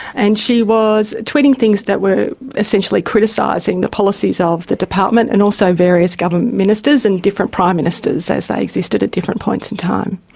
and she was tweeting things that were essentially criticising the policies of the department and also various government ministers and different prime ministers as they existed at different points in time.